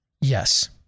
Yes